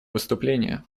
выступление